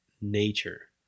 nature